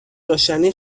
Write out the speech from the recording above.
داشتنی